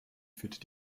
führt